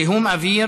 זיהום אוויר,